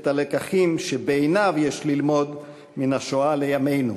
הלקחים שבעיניו יש ללמוד מן השואה לימינו.